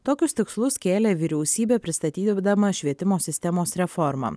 tokius tikslus kėlė vyriausybė pristatydama švietimo sistemos reformą